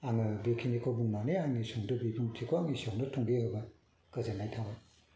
आङो बेखिनिखौ बुंनानै आंनि सुंद' बिबुंथिखौ आं एसेयावनो थुंगि होबाय गोजोननाय थाबाय